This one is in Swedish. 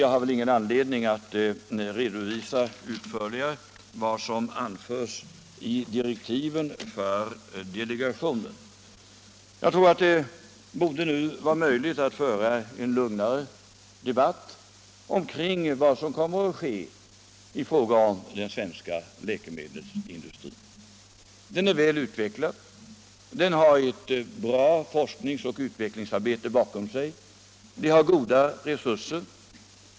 Jag har väl ingen anledning att utförligt redovisa vad som anförs i direktiven för delegationen. Det borde nu vara möjligt att föra en lugnare debatt omkring vad som kommer att ske i fråga om den svenska läkemedelsindustrin. Den är väl utvecklad. Den har ett bra forskningsoch utvecklingsarbete bakom sig. Den har goda resurser.